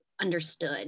understood